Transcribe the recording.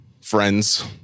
friends